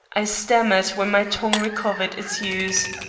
i stammered when my tongue recovered its use.